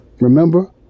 Remember